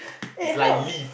it's like leave